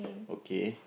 okay